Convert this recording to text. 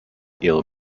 ill